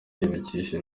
yibukije